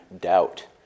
doubt